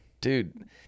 Dude